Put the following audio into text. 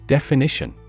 Definition